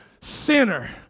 sinner